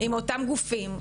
עם אותם גופים,